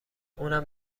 اونم